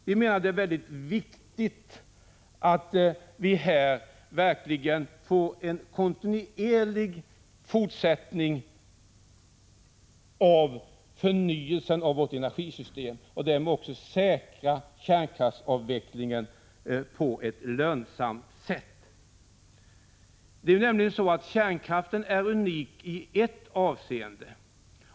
Vi menar att det är mycket viktigt att man verkligen får en kontinuerlig fortsättning när det gäller förnyelse av vårt energisystem för att därmed också säkra kärnkraftsavvecklingen på ett lönsamt sätt. Kärnkraften är nämligen unik i ett avseende.